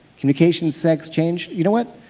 communication, sex, change? you know what?